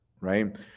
right